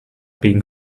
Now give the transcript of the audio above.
being